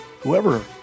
Whoever